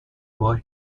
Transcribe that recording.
باهاش